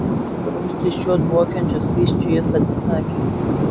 praustis šiuo dvokiančiu skysčiu jis atsisakė